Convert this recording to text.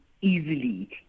easily